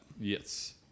Yes